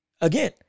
again